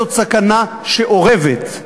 זאת סכנה שאורבת.